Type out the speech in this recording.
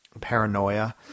paranoia